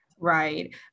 Right